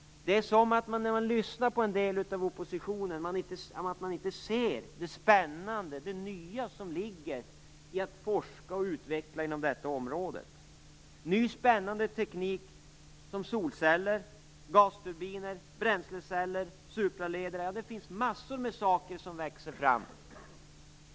Det är som att delar av oppositionen inte ser det spännande och det nya som ligger i att forska och utveckla inom detta område. Ny spännande teknik såsom solceller, gasturbiner, bränsleceller - ja, det finns massor av saker som växer fram.